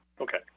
Okay